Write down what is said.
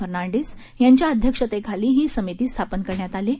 फर्नांडिस यांच्या अध्यक्षतेखाली ही समिती स्थापन करण्यात आली आहे